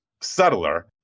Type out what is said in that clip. subtler